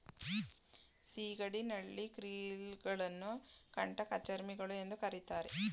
ಸಿಗಡಿ, ನಳ್ಳಿ, ಕ್ರಿಲ್ ಗಳನ್ನು ಕಂಟಕಚರ್ಮಿಗಳು ಎಂದು ಕರಿತಾರೆ